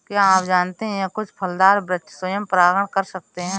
क्या आप जानते है कुछ फलदार वृक्ष स्वयं परागण कर सकते हैं?